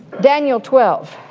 daniel twelve.